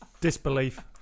Disbelief